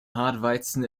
hartweizen